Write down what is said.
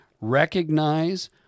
Recognize